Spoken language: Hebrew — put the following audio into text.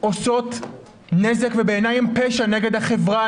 גורמות נזק ובעיניי הן פשע נגד החברה,